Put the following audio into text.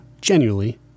genuinely